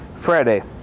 friday